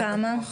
בכמה?